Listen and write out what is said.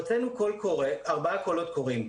הוצאנו ארבעה קולות קוראים,